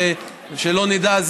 שלא נדע,